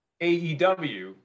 AEW